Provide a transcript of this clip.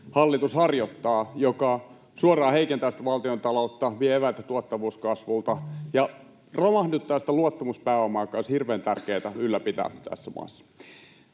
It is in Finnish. hallitus harjoittaa, jotka suoraan heikentävät valtiontaloutta, vievät eväitä tuottavuuskasvulta ja romahduttavat sitä luottamuspääomaa, joka olisi hirveän tärkeätä ylläpitää tässä maassa.